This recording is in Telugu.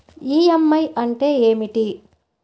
ఈ.ఎం.ఐ అంటే ఏమిటి?